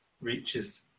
reaches